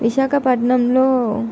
విశాఖపట్నంలో